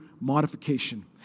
modification